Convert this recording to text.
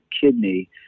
kidney